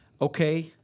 okay